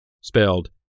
spelled